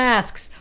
asks